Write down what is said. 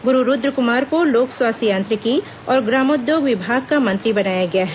गुरू रूद्रकुमार को लोक स्वास्थ्य यांत्रिकी और ग्रामोद्योग विभाग का मंत्री बनाया गया है